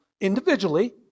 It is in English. Individually